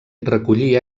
recollí